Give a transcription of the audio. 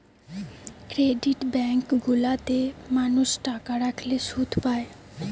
credit bank গুলা তে মানুষ টাকা রাখলে শুধ পায়